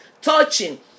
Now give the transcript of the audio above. touching